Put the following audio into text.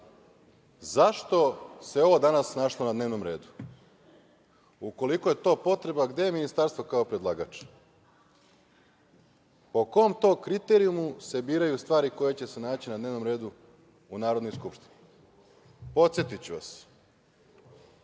zašto se ovo danas našlo na dnevnom redu? Ukoliko je to potreba gde je Ministarstvo kao predlagač? Po kom to kriterijumu se biraju stvari koje će se naći na dnevnom redu u Narodnoj skupštini? Podsetiću vas,